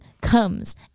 comes